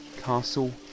Castle